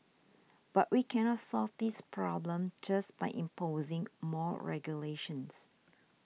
but we cannot solve this problem just by imposing more regulations